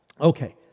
Okay